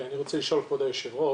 כשאדם רוצה לעבור ממלונית